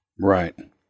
Right